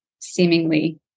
seemingly